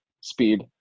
speed